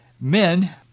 men